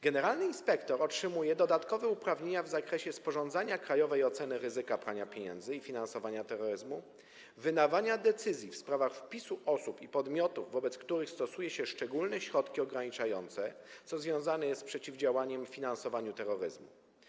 Generalny inspektor otrzymuje dodatkowe uprawnienia w zakresie sporządzania krajowej oceny ryzyka prania pieniędzy i finansowania terroryzmu, wydawania decyzji w sprawach wpisu osób i podmiotów, wobec których stosuje się szczególne środki ograniczające, co związane jest z przeciwdziałaniem finansowaniu terroryzmu.